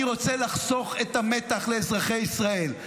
אני רוצה לחסוך את המתח לאזרחי ישראל.